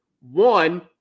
One